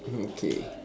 mm K